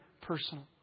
personal